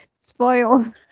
spoil